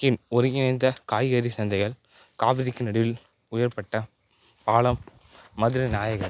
கின் ஒருங்கிணைந்த காய்கறி சந்தைகள் காவேரிக்கு நடுவில் உயர்மட்ட பாலம் மதுரை நாயகர்